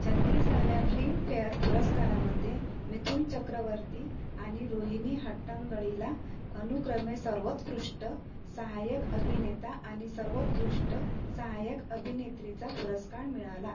छत्तिसाव्या Filmfare पुरस्कारामध्ये मिथुन चक्रवर्ती आणि रोहिणी हट्टंगडीला अनुक्रमे सर्वोत्कृष्ट सहायक अभिनेता आणि सर्वोत्कृष्ट सहायक अभिनेत्रीचा पुरस्कार मिळाला